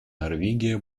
норвегия